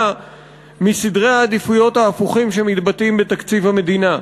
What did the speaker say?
מסדרי העדיפויות ההפוכים שמתבטאים בתקציב המדינה,